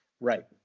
right